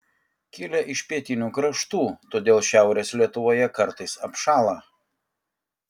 kilę iš pietinių kraštų todėl šiaurės lietuvoje kartais apšąla